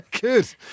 good